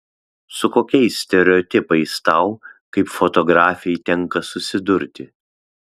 su kokiais stereotipais tau kaip fotografei tenka susidurti